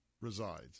resides